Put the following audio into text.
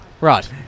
Right